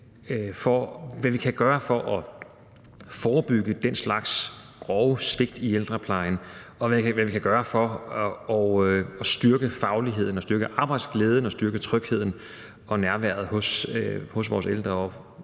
så vi kan forebygge den slags grove svigt i ældreplejen, eller se på, hvad vi kan gøre for at styrke fagligheden, arbejdsglæden og trygheden og nærværet i ældreplejen.